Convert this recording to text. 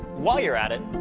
while you're at it,